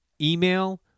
email